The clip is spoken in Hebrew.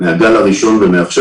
מהגל הראשון ועכשיו,